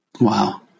Wow